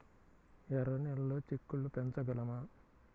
ఎర్ర నెలలో చిక్కుళ్ళు పెంచగలమా?